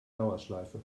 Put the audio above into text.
dauerschleife